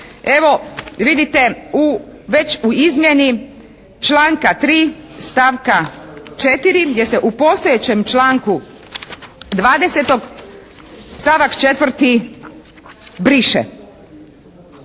Evo vidite u već u izmjeni članka 3. stavka 4. gdje se u postojećem članku 20. stavak 4. briše,